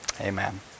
Amen